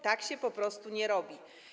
Tak się po prostu nie robi.